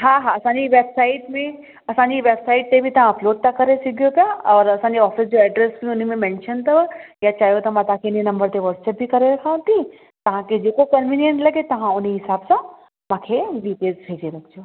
हा हा असांजी वेबसाईट में असांजी वेबसाईट ते बि तव्हां अपलोड था करे था सघो और असांजे ऑफ़िस जे एड्रस बि उनमेंं मेंशन अथव या चाहियो त मां इन्हीअ नम्बर ते वॉटसअप बि करे रखांव थी तव्हांखे जेको कनवीनियंट लॻे तव्हां उन हिसाब आं मूंखे डीटेल्स भेजे रखिजो